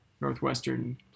Northwestern